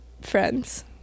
friends